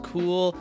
Cool